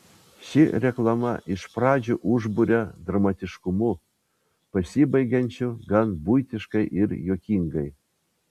ši reklama iš pradžių užburia dramatiškumu pasibaigiančiu gan buitiškai ir juokingai